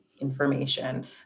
information